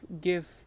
give